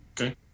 okay